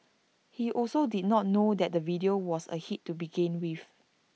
he also did not know that the video was A hit to begin with